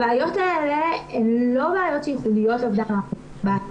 הבעיות האלה הן לא בעיות שייחודיות לעובדי המעבדה.